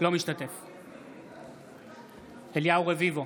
אינו משתתף בהצבעה אליהו רביבו,